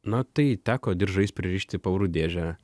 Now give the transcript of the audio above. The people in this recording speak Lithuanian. na tai teko diržais pririšti pavarų dėžę